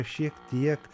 šiek tiek